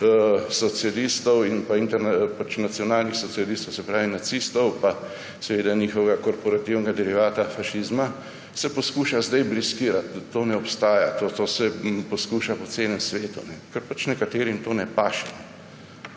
socialistov, nacionalnih socialistov, se pravi nacistov in njihovega korporativnega derivata fašizma, se poskuša zdaj briskirati, da to ne obstaja. To se poskuša po celem svetu, ker pač nekaterim to ne paše.